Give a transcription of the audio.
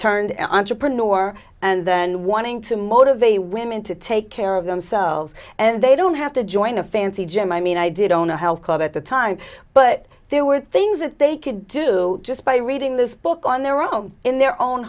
turned an entrepreneur and then wanting to motivate a women to take care of themselves and they don't have to join a fancy gym i mean i did own a health club at the time but there were things that they could do just by reading this book on their own in their own